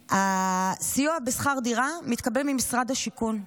הסיוע בשכר דירה מתקבל ממשרד השיכון.